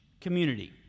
community